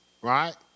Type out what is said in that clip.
right